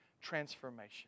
transformation